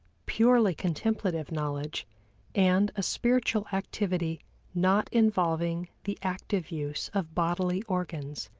purely contemplative knowledge and a spiritual activity not involving the active use of bodily organs.